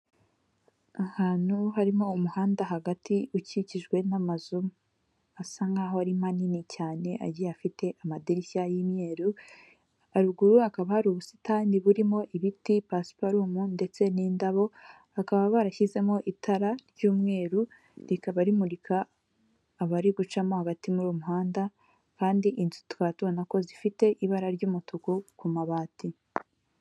Ahantu harimo umuhanda hagati ukikijwe n'amazu asa nkaho ari manini cyane agiye afite amadirishya y'imyeru haruguru hakaba hari ubusitani burimo ibiti, pasuparumu ndetse n'indabo bakaba barashyizemo itara ry'umweru rikaba rimurika abari gucamo hagati muri muhanda kandi inzu tukaba tubona ko zifite ibara ry'umutuku ku mabati.